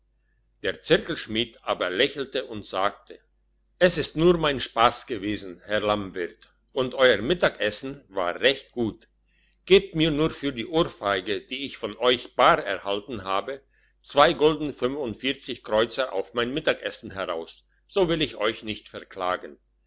der zirkelschmied aber lächelte und sagte es ist nur mein spass gewesen herr lammwirt und euer mittagessen war recht gut gebt mir nur für die ohrfeige die ich von euch bar erhalten habe zwei gulden fünfundvierzig kreuzer auf mein mittagessen heraus so will ich euch nicht verklagen